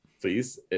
Please